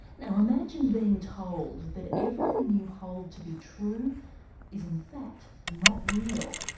now imagine being told that everything you hold to be true is, in fact, not real.